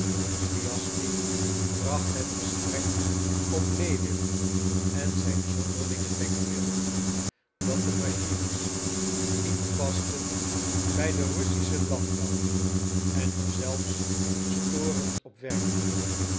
swijaschsky bracht het gesprek op lewin en zijn zonderlinge denkbeelden dat de machines niet pasten bij den russischen landbouw en er zelfs storend op werkten